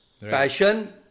Passion